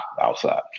outside